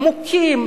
עמוקים,